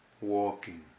walking